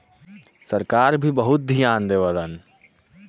सरकार भी बहुत धियान देवलन